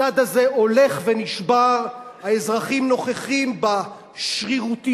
הסד הזה הולך ונשבר, האזרחים נוכחים בשרירותיות,